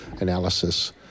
analysis